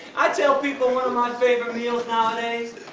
i tell people one of my favorite meals nowadays